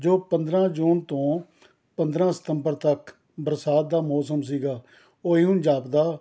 ਜੋ ਪੰਦਰਾਂ ਜੂਨ ਤੋਂ ਪੰਦਰਾਂ ਸਤੰਬਰ ਤੱਕ ਬਰਸਾਤ ਦਾ ਮੌਸਮ ਸੀਗਾ ਉਹ ਇਉਂ ਜਾਪਦਾ